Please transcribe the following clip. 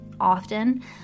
often